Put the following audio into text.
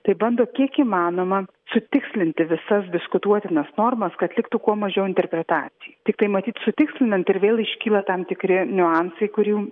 tai bando kiek įmanoma sutikslinti visas diskutuotinas normas kad liktų kuo mažiau interpretacijų tiktai matyt sutikslinant ir vėl iškyla tam tikri niuansai kurių